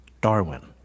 Darwin